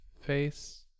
face